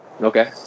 Okay